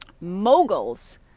moguls